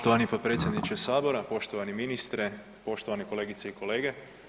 Poštovani potpredsjedniče Sabora, poštovani ministre, poštovane kolegice i kolege.